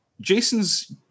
Jason's